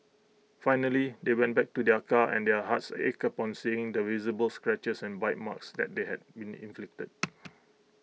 finally they went back to their car and their hearts ached upon seeing the visible scratches and bite marks that they had been inflicted